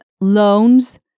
loans